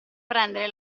prendere